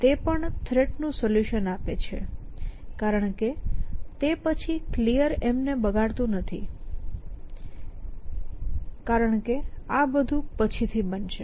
તે પણ થ્રેટ નું સોલ્યુશન આપે છે કારણ કે તે પછી Clear ને બગાડતું નથી કરતું કારણ કે આ બધું પછી થી બનશે